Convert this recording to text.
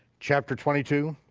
chapter twenty two,